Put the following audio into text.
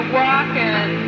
walking